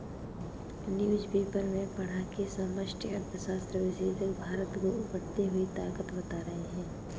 newspaper में पढ़ा की समष्टि अर्थशास्त्र विशेषज्ञ भारत को उभरती हुई ताकत बता रहे हैं